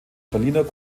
berliner